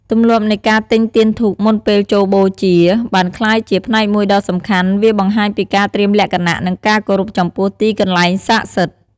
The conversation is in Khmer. ទម្លាប់នៃការទិញទៀនធូបមុនពេលចូលបូជាបានក្លាយជាផ្នែកមួយដ៏សំខាន់វាបង្ហាញពីការត្រៀមលក្ខណៈ និងការគោរពចំពោះទីកន្លែងសាកសិដ្ឋ។